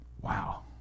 Wow